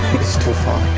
it's too far.